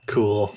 Cool